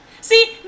See